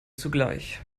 zugleich